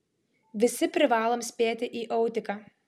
visi privalom spėti į autiką